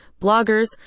bloggers